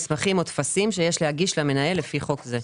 מסמכים או טפסים שיש להגיש למנהל לפי חוק זה".